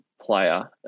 player